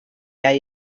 hay